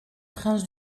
prince